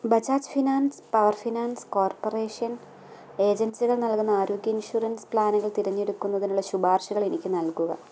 Bajaj finance power finance corporation ഏജൻസികൾ നൽകുന്ന ആരോഗ്യ ഇൻഷുറൻസ് പ്ലാനുകൾ തിരഞ്ഞെടുക്കുന്നതിനുള്ള ശുപാർശകൾ എനിക്ക് നൽകുക